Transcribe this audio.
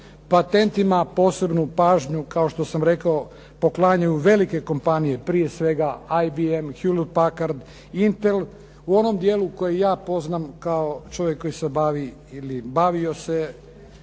Patentima posebno pažnju, kao što sam rekao poklanjaju velike kompanije, prije svega IBM, HP, Intel u onom dijelu koji ja poznajem kao čovjek koji se bavi ili bavio se